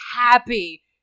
happy